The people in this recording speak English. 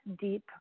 deep